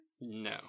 No